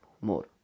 more